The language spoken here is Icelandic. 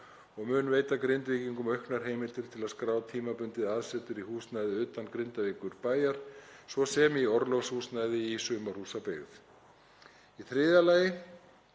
og mun veita Grindvíkingum auknar heimildir til að skrá tímabundið aðsetur í húsnæði utan Grindavíkurbæjar, svo sem í orlofshúsnæði í sumarhúsabyggð. Í þriðja lagi